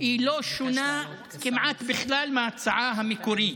לא שונה כמעט בכלל מההצעה המקורית,